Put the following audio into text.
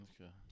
Okay